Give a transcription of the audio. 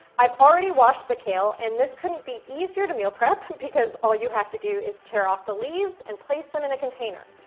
i've already washed the kale, and this couldn't be easier to meal prep, because all you have to do is tear off the leaves and place them in a container.